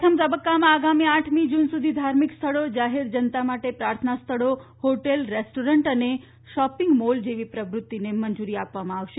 પ્રથમ તબક્કામાં આગામી આઠમી જૂન સુધી ધાર્મિક સ્થળો જાહેર જનતા માટે પ્રાર્થના સ્થળો હોટેલ રેસ્ટોરન્ટ અને શોપિંગ મોલ જેવી પ્રવૃત્તિને મંજૂરી આપવામાં આવશે